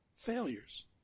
Failures